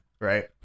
Right